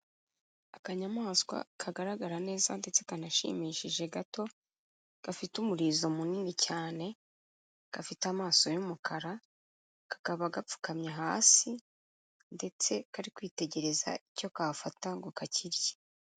Akanyamaswa kagaragara neza ndetse kanashimishije gato, gafite umurizo munini cyane gafite amaso y'umukara, kakaba gapfukamye hasi ndetse kari kwitegereza icyo kafata ngo kakirye.